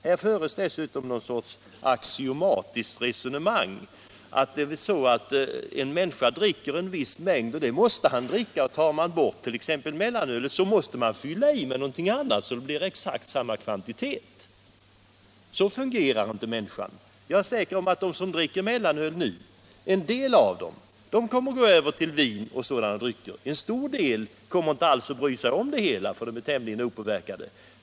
Här förs dessutom något slags axiomatiskt resonemang. Man säger att en människa dricker en viss mängd alkohol — och det måste han dricka! — och tar man bort mellanölet så måste man fylla på med någonting annat, så att det blir exakt samma kvantitet. Men så fungerar inte människan. Jag är säker på att en del av dem som i dag dricker mellanöl så småningom går över till vin och sådana drycker, och en stor del kommer inte alls att bry sig om det, för de är tämligen opåverkade.